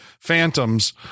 phantoms